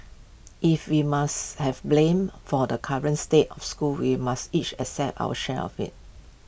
if we must have blame for the current state of school we must each accept our share of IT